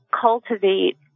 cultivate